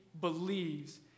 believes